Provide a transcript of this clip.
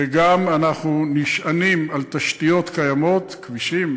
וגם אנחנו נשענים על תשתיות קיימות כבישים,